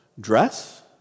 dress